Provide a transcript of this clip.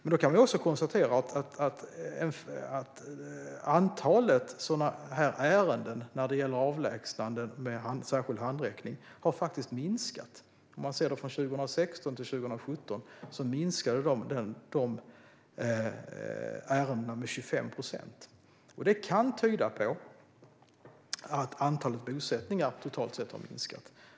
Men vi kan också konstatera att antalet ärenden när det gäller avlägsnanden med särskild handräckning har minskat. Från 2016 till 2017 minskade de ärendena med 25 procent. Det kan tyda på att antalet bosättningar totalt sett har minskat.